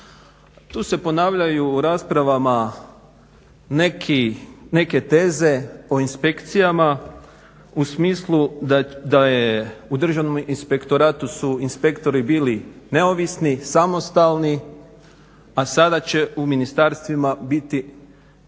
Tu se ponavljaju u raspravama neke teze o inspekcijama u smislu da je u državnom inspektoratu su inspektori bili neovisni, samostalni, a sada će u ministarstvima biti